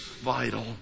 vital